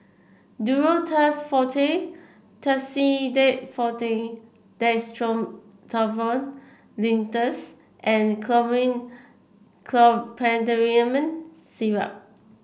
Duro Tuss Forte Tussidex Forte Dextromethorphan Linctus and Chlormine Chlorpheniramine Syrup